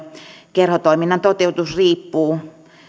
kerhotoiminnan toteutus riippuu